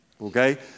okay